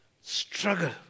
struggle